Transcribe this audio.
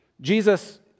Jesus